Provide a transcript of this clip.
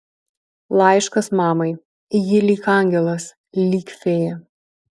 laiškas mamai ji lyg angelas lyg fėja